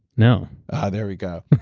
no ah there we go.